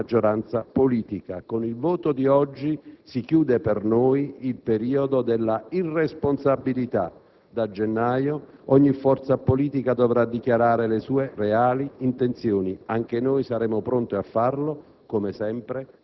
senza una maggioranza politica. Con il voto di oggi si chiude per noi il periodo dell'irresponsabilità. Da gennaio, ogni forza politica dovrà dichiarare le sue reali intenzioni. Anche noi saremo pronti a farlo,